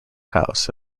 house